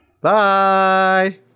Bye